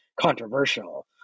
controversial